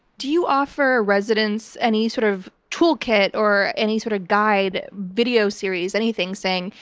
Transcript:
do you offer residents any sort of tool kit or any sort of guide, video series, anything, saying,